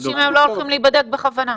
אנשים לא הולכים היום להיבדק בכוונה.